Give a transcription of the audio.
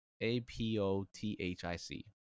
A-P-O-T-H-I-C